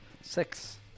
Six